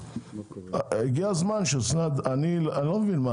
אני לא מבין,